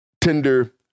tender